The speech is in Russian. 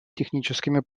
техническими